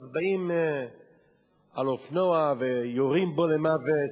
אז באים על אופנוע ויורים בו למוות.